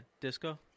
Disco